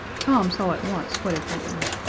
tom saw at once what had happened.